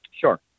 Sure